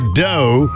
dough